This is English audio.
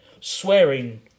Swearing